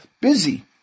busy